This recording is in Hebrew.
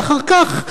כי אחר כך,